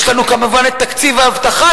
יש לנו כמובן את תקציב האבטחה,